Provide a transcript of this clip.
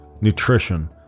nutrition